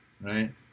right